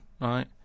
right